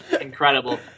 incredible